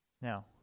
Now